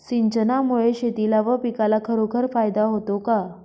सिंचनामुळे शेतीला व पिकाला खरोखर फायदा होतो का?